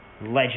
legend